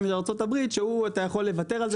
עם ארצות הברית שאתה יכול לוותר על זה.